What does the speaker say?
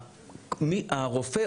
הרופא,